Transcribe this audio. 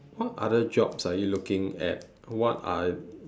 what other jobs are you looking at what are